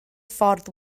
ffordd